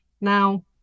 Now